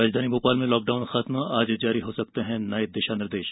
राजधानी भोपाल में लॉकडाउन खत्म आज जारी हो सकते हैं नये दिशा निर्देश